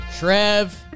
Trev